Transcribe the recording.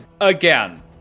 Again